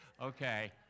Okay